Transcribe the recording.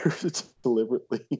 deliberately